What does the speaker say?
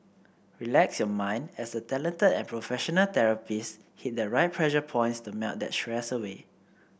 relax your mind as the talented and professional therapists hit the right pressure points to melt that stress away